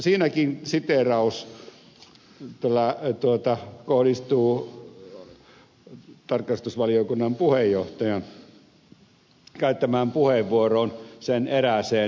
siinäkin siteeraus kohdistuu tarkastusvaliokunnan puheenjohtajan käyttämään puheenvuoroon sen erääseen detaljiin